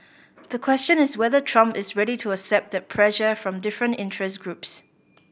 the question is whether Trump is ready to accept that pressure from different interest groups